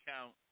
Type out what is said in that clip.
count